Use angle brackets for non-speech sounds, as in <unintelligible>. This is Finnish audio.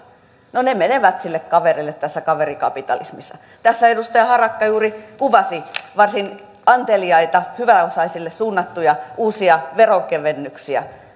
no ne menevät sille kaverille tässä kaverikapitalismissa tässä edustaja harakka juuri kuvasi varsin anteliaita hyväosaisille suunnattuja uusia veronkevennyksiä <unintelligible>